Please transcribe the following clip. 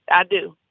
i do.